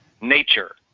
nature